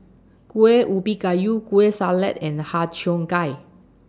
Kueh Ubi Kayu Kueh Salat and Har Cheong Gai